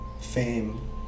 fame